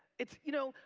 it's, you know,